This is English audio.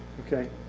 okay.